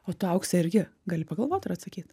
o tu aukse irgi gali pagalvot ir atsakyt